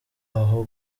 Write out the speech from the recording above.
aho